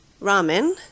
ramen